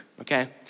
okay